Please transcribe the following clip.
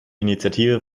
initiative